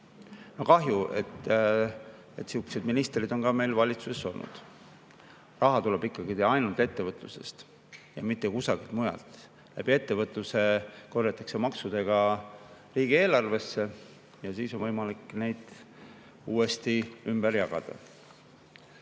Kahju, et sihukesed ministrid on meil valitsuses olnud. Raha tuleb ikkagi ainult ettevõtlusest ja mitte kusagilt mujalt. Läbi ettevõtluse korjatakse [raha] maksudega riigieelarvesse ja siis on võimalik seda uuesti ümber jagada.